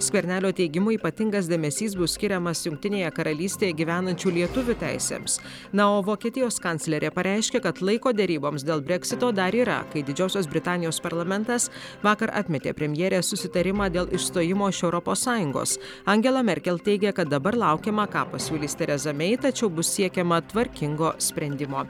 skvernelio teigimu ypatingas dėmesys bus skiriamas jungtinėje karalystėje gyvenančių lietuvių teisėms na o vokietijos kanclerė pareiškė kad laiko deryboms dėl breksito dar yra kai didžiosios britanijos parlamentas vakar atmetė premjerės susitarimą dėl išstojimo iš europos sąjungos angela merkel teigė kad dabar laukiama ką pasiūlys tereza mei tačiau bus siekiama tvarkingo sprendimo